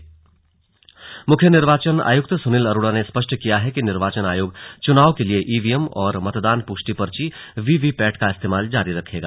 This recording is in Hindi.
स्लग ईवीएम मुख्य निर्वाचन आयुक्त सुनील अरोड़ा ने स्पष्ट किया है कि निर्वाचन आयोग चुनाव के लिए ई वी एम और मतदान पुष्टि पर्ची वी वी पैट का इस्तेमाल जारी रखेगा